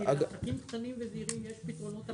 כי לעסקים קטנים וזעירים יש פתרונות אחרים.